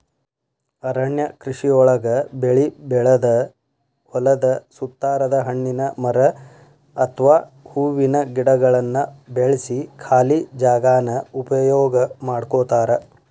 ಅರಣ್ಯ ಕೃಷಿಯೊಳಗ ಬೆಳಿ ಬೆಳದ ಹೊಲದ ಸುತ್ತಾರದ ಹಣ್ಣಿನ ಮರ ಅತ್ವಾ ಹೂವಿನ ಗಿಡಗಳನ್ನ ಬೆಳ್ಸಿ ಖಾಲಿ ಜಾಗಾನ ಉಪಯೋಗ ಮಾಡ್ಕೋತಾರ